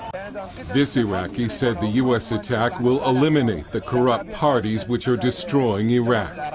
this iraqi said the u s. attack will eliminate the correct parties which are destroying iraq.